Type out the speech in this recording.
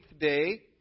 day